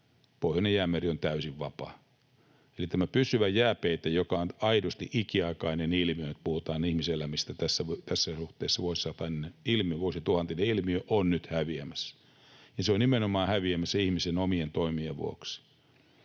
Pohjoinen jäämeri on täysin vapaa. Eli tämä pysyvä jääpeite, joka on aidosti ikiaikainen ilmiö, kun puhutaan ihmiselämistä tässä suhteessa, vuosituhantinen ilmiö, on nyt häviämässä, ja se on nimenomaan häviämässä ihmisen omien toimien vuoksi.